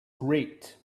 great